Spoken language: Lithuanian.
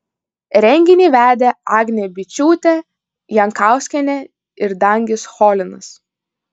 renginį vedė agnė byčiūtė jankauskienė ir dangis cholinas